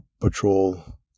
Patrol